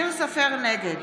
נגד